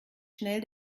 schnell